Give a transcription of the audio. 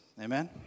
amen